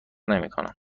نمیکنم